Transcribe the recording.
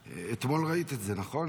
אתמול ראית את זה, נכון?